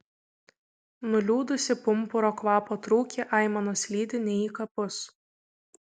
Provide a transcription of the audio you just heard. nuliūdusį pumpuro kvapo trūkį aimanos lydi ne į kapus